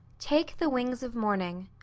take the wings of morning.